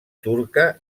turca